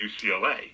UCLA